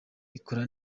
ikora